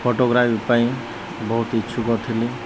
photography ପାଇଁ ବହୁତ ଇଚ୍ଛୁକ ଥିଲି